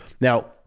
Now